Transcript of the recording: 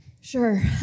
Sure